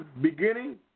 beginning